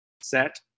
set